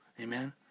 Amen